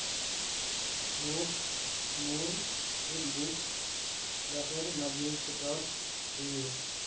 मोक मोर cheque book डाकेर माध्यम से प्राप्त होइए